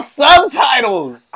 subtitles